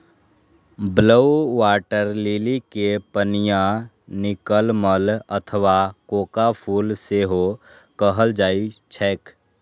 blue water lily कें पनिया नीलकमल अथवा कोका फूल सेहो कहल जाइ छैक